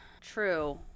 true